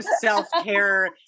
self-care